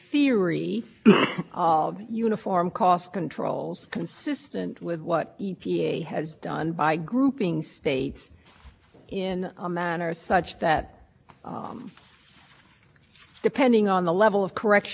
that there is this ceiling that has to be observed through as applied challenges and once that's observed then the remainder that needs to be reduced can be allocated using uniform cost thresholds what's happened here is that we have accepted the part of the decision that we lost on proportion